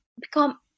become